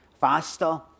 faster